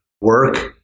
work